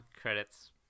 credits